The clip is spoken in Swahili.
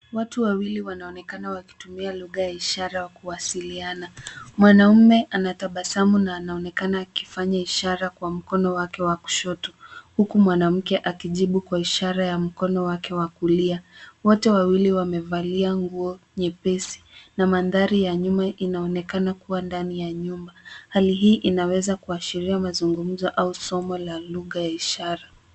Watu wawili wanaonekana wakitumia lugha ya ishara kuwasiliana. Mwanaume anatabasamu na anaonekana akifanya ishara kwa mkono wake wa kushoto, huku mwanamke akijibu kwa ishara wa mkono wake wa kulia. Wote wawili wamevalia nguo nyepesi, na maandhari ya nyuma inaonekana kuwa ndani ya nyumba. Hali hii inaweza kuashiria mazungumzo ama somo la lugha ya ishara.